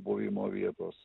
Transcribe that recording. buvimo vietos